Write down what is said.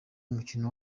umukino